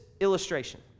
illustration